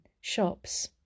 shops